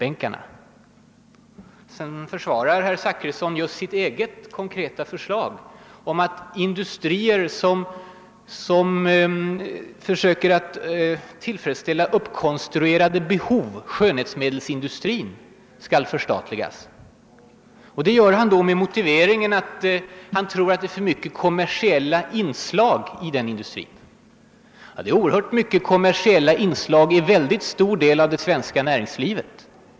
Sedan försvarar herr Zachrisson sitt eget konkreta förslag om att industrier som försöker tillfredsställa »uppkon struerade behov, t.ex. hela skönhetsmedelsindustrin«» skall förstatligas. Det gör han med motiveringen att han tror att det är för mycket av «kommersiella inslag» i den industrin. Nu finns det — och bör finnas oerhört mycket av kommersiella inslag i en mycket stor del av det svenska näringslivet.